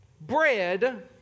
bread